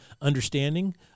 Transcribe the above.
understanding